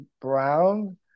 Brown